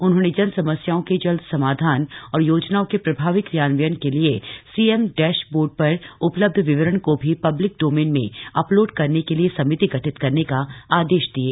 उन्होंने जन समस्याओं के जल्द समाधान और योजनाओं के प्रभावी क्रियान्वयन के लिये सीएम डैश बोर्ड पर उपलब्ध विवरण को भी पब्लिक डोमेन में अपलोड करने के लिए समिति गठित करने का आदेश दिये